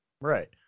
Right